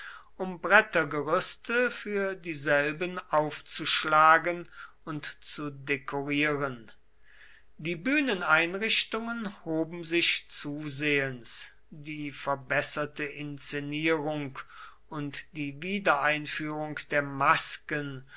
um brettergerüste für dieselben aufzuschlagen und zu dekorieren die bühneneinrichtungen hoben sich zusehends die verbesserte inszenierung und die wiedereinführung der masken